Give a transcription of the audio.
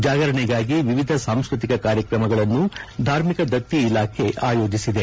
ಜಾಗರಣೆಗಾಗಿ ವಿವಿಧ ಸಾಂಸ್ಕೃತಿಕ ಕಾರ್ಯಕ್ರಮಗಳನ್ನು ಧಾರ್ಮಿಕ ದತ್ತಿ ಇಲಾಖೆ ಆಯೋಜಿಸಿದೆ